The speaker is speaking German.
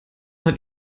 hat